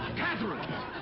katherine! ah!